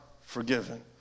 forgiven